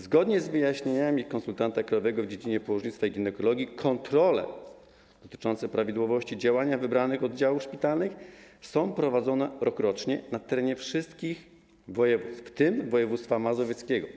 Zgodnie z wyjaśnieniami konsultanta krajowego w dziedzinie położnictwa i ginekologii kontrole dotyczące prawidłowości działania wybranych oddziałów szpitalnych są prowadzone rokrocznie na terenie wszystkich województw, w tym województwa mazowieckiego.